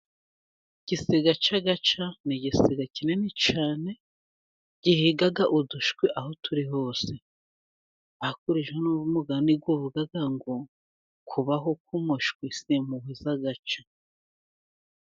Igisiga cy'agaca ni igisiga kinini cyane gihiga udushwi aho turi hose. Hakurijeho n'umugani uvuga ngo: "Kubaho k'umushwi si impuhwe z'agaca".